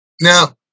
Now